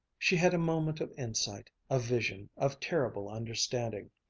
she had a moment of insight, of vision, of terrible understanding.